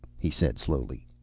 he said slowly.